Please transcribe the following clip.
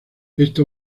esto